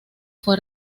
fue